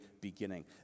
beginning